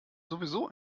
sowieso